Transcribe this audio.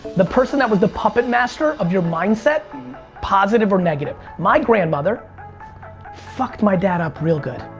the person that was the puppet master of your mindset positive or negative. my grandmother fucked my dad up real good.